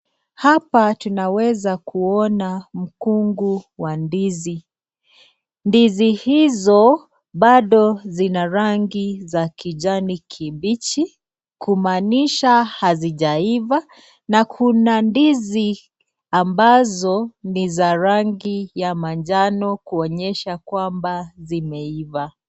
Hapa tunaweza kuona mkungu wa ndizi. Ndizi hizo bado zina rangi za kijani kibichi kumaanisha hazijaiva na kuna ndizi ambazo ni za rangi ya manjano kuonyesha kwamba zimeiva.